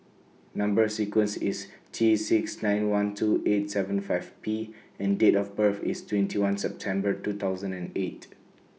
Number sequence IS T six nine one two eight seven five P and Date of birth IS twenty one September two thousand and eight